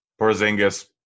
Porzingis